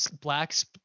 blacks